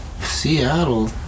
Seattle